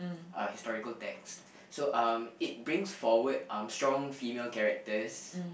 uh historical text so um it brings forward um strong female characters